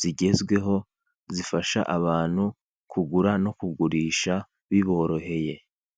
zigezweho zifasha abantu kugura no kugurisha biboroheye.